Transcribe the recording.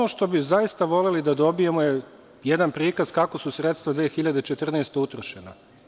Ono što bi zaista voleli da dobijemo je jedan prikaz kako su se sredstva 2014. godine utrošena.